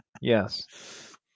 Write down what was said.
Yes